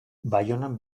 baionan